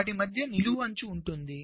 వాటి మధ్య నిలువు అంచు ఉంటుంది